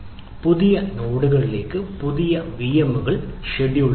പുതിയ നോഡുകളിലേക്ക് പുതിയ വിഎമ്മുകൾ ഷെഡ്യൂൾ ചെയ്യുക